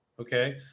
okay